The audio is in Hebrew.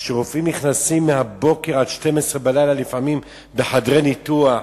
שרופאים עובדים מהבוקר עד הלילה בחדרי ניתוח,